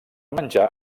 menjar